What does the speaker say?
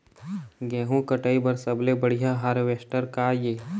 गेहूं कटाई बर सबले बढ़िया हारवेस्टर का ये?